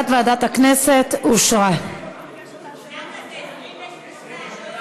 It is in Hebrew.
הצעת ועדת הכנסת להעביר את הצעת חוק התכנון והבנייה (תיקון מס' 117),